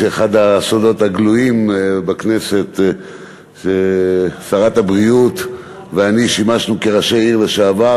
אחד הסודות הגלויים בכנסת זה ששרת הבריאות ואני שימשנו כראשי עיר בעבר,